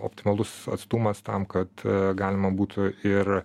optimalus atstumas tam kad galima būtų ir